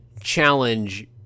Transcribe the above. challenge